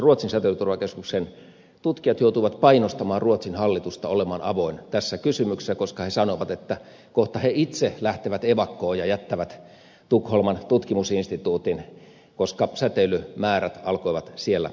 ruotsin säteilyturvakeskuksen tutkijat joutuivat painostamaan ruotsin hallitusta olemaan avoin tässä kysymyksessä koska he sanoivat että kohta he itse lähtevät evakkoon ja jättävät tukholman tutkimusinstituutin koska säteilymäärät alkoivat siellä kohota